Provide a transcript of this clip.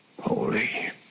holy